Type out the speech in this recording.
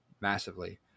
massively